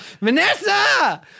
Vanessa